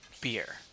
beer